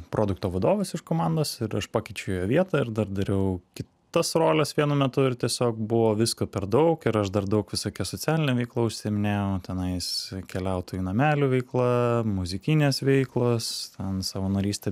produkto vadovas iš komandos ir aš pakeičiau jo vietą ir dar dariau kitas roles vienu metu ir tiesiog buvo visko per daug ir aš dar daug visokia socialine veikla užsiiminėjau tenais keliautojų namelių veikla muzikinės veiklos ten savanorystė